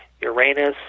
Uranus